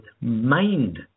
mind